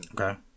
Okay